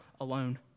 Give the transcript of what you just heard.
alone